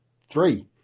three